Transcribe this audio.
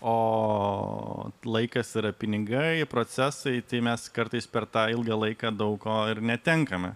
o laikas yra pinigai procesai tai mes kartais per tą ilgą laiką daug ko ir netenkame